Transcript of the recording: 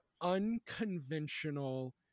unconventional